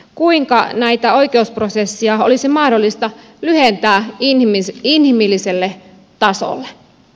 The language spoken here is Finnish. kuinka näitä oikeusprosesseja olisi mahdollista lyhentää inhimilliselle tasolle